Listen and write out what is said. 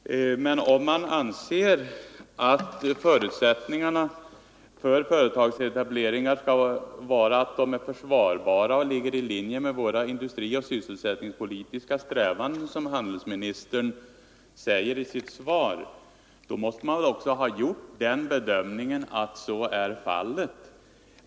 Herr talman! Men om man anser att förutsättningarna för företagsetableringar utomlands skall vara att de är försvarbara och ”ligger i linje med våra industrioch sysselsättningspolitiska strävanden”, som handelsministern säger i sitt svar, måste man väl också ha gjort den bedömningen att så är fallet.